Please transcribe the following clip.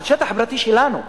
על שטח פרטי שלנו,